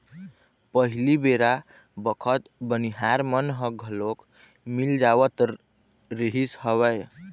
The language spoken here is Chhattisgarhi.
पहिली बेरा बखत बनिहार मन ह घलोक मिल जावत रिहिस हवय